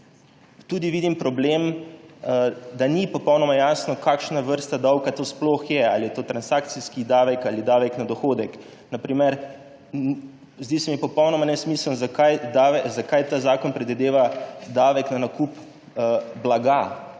Vidim tudi problem, da ni popolnoma jasno, kakšna vrsta davka to sploh je, ali je to transakcijski davek ali davek na dohodek. Na primer zdi se mi popolnoma nesmiselno, zakaj ta zakon predvideva davek na nakup blaga.